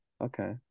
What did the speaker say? okay